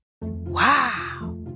Wow